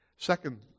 Second